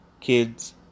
Kids